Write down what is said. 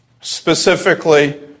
specifically